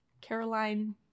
caroline